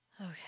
Okay